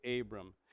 Abram